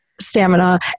stamina